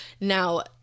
Now